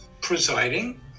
presiding